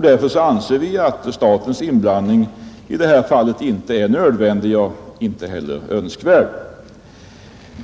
Därför anser vi att statens inblandning i det här fallet varken är önskvärd eller nödvändig.